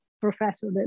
professor